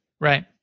Right